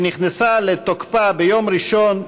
שנכנסה לתוקפה ביום ראשון,